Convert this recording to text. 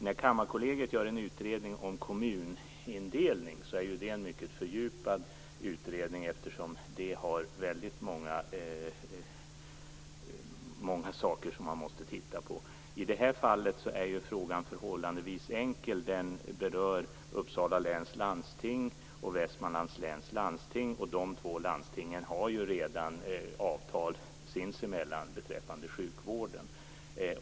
När Kammarkollegiet gör en utredning om kommunindelning är det fråga om en mycket fördjupad utredning, eftersom det är många saker som man då måste titta på. I det här fallet är frågan förhållandevis enkel. Den berör landstingen i Uppsala län och Västmanlands län, och dessa två landsting har redan avtal sinsemellan beträffande sjukvården.